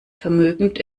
vermögend